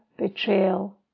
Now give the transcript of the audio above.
betrayal